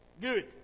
Good